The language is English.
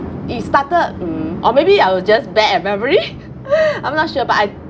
it started mm or maybe I was just bad at memory I'm not sure but I